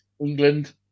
England